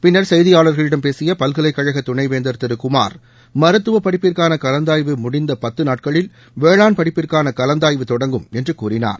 பின்னா் செய்தியாள்களிடம் பேசிய பல்கலைக் கழக துணைவேந்தா் திரு குமார் மருத்துவ படிப்புக்கான கலந்தாய்வு முடிந்த பத்து நாட்களில் வேளாண் படிப்புக்கான கலந்தாய்வு தொடங்கும் என்று கூறினார்